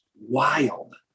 wild